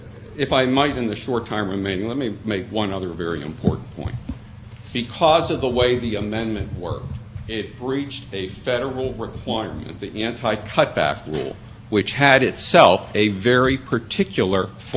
breached a federal requirement of the anti cutback rule which had itself a very particular form of notice and that notice fifteen days before the amendment goes into effect has to tell people their future